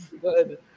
good